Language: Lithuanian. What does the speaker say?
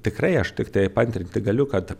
tikrai aš tiktai paantrinti galiu kad